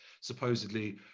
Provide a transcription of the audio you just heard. supposedly